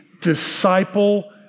disciple